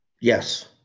Yes